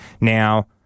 Now